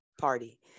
party